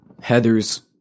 Heather's